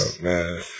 man